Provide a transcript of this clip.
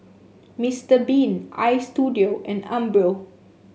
Mister Bean Istudio and Umbro